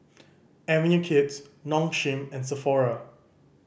Avenue Kids Nong Shim and Sephora